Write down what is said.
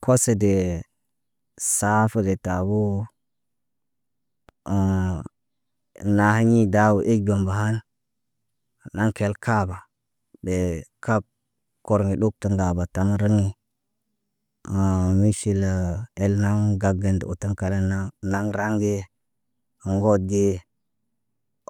Kosedee saafige tabuu. naa hiɲe dawa egal bahana. Naŋg kel kaaba, ɓee kab. Korə ɗob tənda batan ranihi. miʃilə el naŋg ŋgab gen tə otaŋg kala naa. Naŋg raŋg ge, ŋgoot ge.